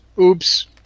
Oops